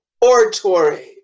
oratory